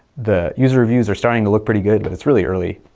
the user reviews are starting to look pretty good, but it's really early.